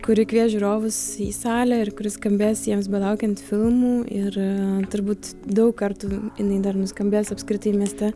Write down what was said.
kuri kvies žiūrovus į salę ir kuri skambės jiems belaukiant filmų ir turbūt daug kartų jinai dar nuskambės apskritai mieste